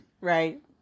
Right